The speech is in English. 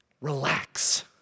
Relax